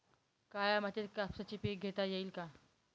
काळ्या मातीत कापसाचे पीक घेता येईल का?